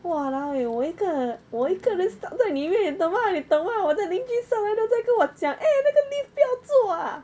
!walao! eh 我一个我一个人 stuck 在里面你懂吗你懂吗我的邻居稍微都在跟我讲 eh 那个 lift 不要坐啊